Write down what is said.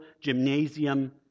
gymnasium